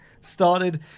started